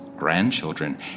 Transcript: Grandchildren